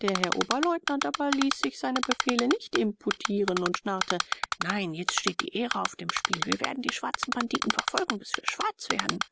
der herr oberleutnant aber ließ sich seine befehle nicht imputieren und schnarrte nein jetzt steht die ehre auf dem spiel wir werden die schwarzen banditen verfolgen bis wir schwarz werden